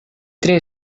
tre